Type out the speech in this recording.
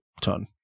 ton